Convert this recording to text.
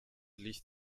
liegt